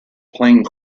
plane